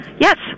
Yes